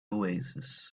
oasis